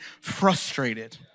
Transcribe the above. frustrated